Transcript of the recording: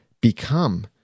become